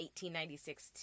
1896